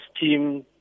team